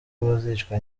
bazicwa